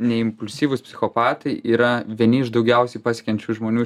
neimpulsyvūs psichopatai yra vieni iš daugiausiai pasiekiančių žmonių